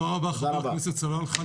תודה רבה חבר הכנסת סלאלחה,